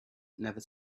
never